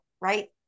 right